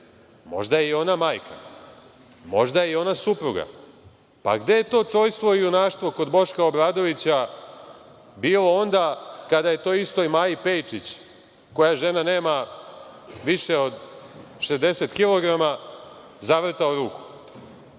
Možda je i ona majka. Možda je i ona supruga. Pa, gde je to čojstvo i junaštvo kod Boška Obradovića bilo onda kada je toj istoj Maji Pejčić, koja, žena, nema više od 60 kilograma, zavrtao